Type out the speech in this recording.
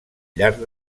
llarg